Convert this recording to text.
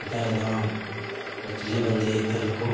ᱥᱮᱫᱟᱭ ᱫᱚ ᱯᱩᱛᱞᱤ ᱵᱟᱸᱫᱮᱭᱮᱫ ᱛᱟᱦᱮᱱᱟᱠᱚ